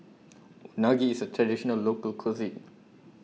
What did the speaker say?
Unagi IS A Traditional Local Cuisine